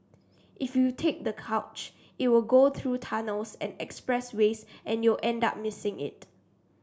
if you take the coach it will go through tunnels and expressways and you'll end up missing it